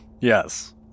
yes